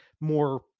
more